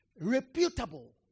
Reputable